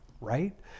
right